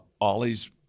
Ollie's